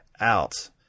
out